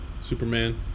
Superman